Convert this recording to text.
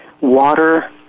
water